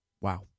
Wow